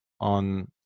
on